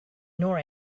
nor